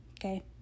Okay